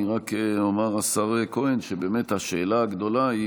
השר כהן, אני רק אומר שבאמת השאלה הגדולה היא